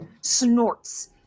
snorts